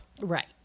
Right